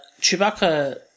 Chewbacca